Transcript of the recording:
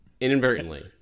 inadvertently